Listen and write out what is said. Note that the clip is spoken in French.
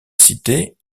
citée